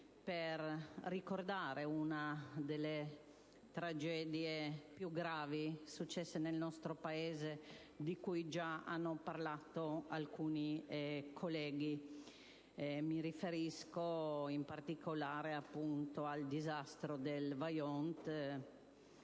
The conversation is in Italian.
per ricordare una delle tragedie più gravi successe nel nostro Paese, di cui già hanno parlato alcuni colleghi. Mi riferisco in particolare al disastro del Vajont